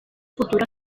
futura